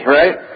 right